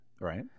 right